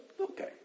Okay